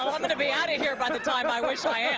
i'm going to be out of here by the time i wish i yeah